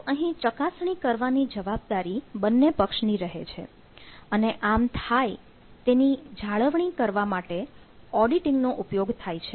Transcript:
તો અહીં ચકાસણી કરવાની જવાબદારી બંને પક્ષની રહે છે અને આમ થાય તેની જાળવણી કરવા માટે ઓડિટીંગ નો ઉપયોગ થાય છે